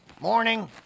Morning